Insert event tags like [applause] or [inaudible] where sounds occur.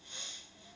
[noise]